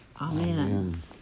Amen